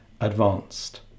advanced